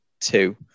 two